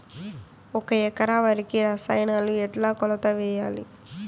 ఒక ఎకరా వరికి రసాయనాలు ఎట్లా కొలత వేయాలి?